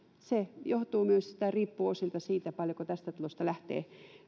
se riippuu osaltaan siltä paljonko tästä talosta lähtee